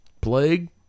Plague